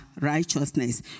righteousness